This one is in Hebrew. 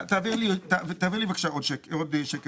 תעביר עוד שני